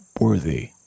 worthy